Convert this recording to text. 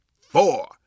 four